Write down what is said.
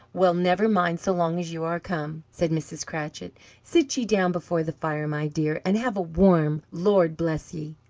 well, never mind so long as you are come, said mrs. cratchit. sit ye down before the fire, my dear, and have a warm, lord bless ye!